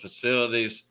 facilities